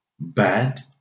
bad